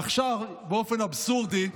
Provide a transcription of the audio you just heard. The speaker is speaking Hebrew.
עכשיו באופן אבסורדי,